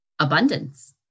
Abundance